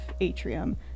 atrium